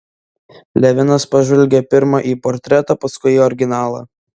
levinas pažvelgė pirma į portretą paskui į originalą